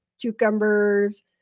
cucumbers